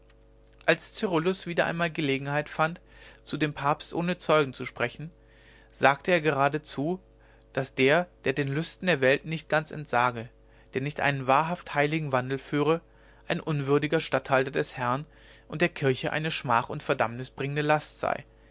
als cyrillus wieder einmal gelegenheit fand zu dem papst ohne zeugen zu sprechen sagte er geradezu daß der der den lüsten der welt nicht ganz entsage der nicht einen wahrhaft heiligen wandel führe ein unwürdiger statthalter des herrn und der kirche eine schmach und verdammnis bringende last sei